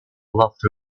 lofty